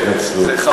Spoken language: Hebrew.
אני מקבל את ההתנצלות.